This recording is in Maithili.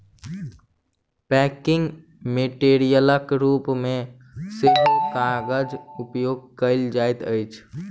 पैकिंग मेटेरियलक रूप मे सेहो कागजक उपयोग कयल जाइत अछि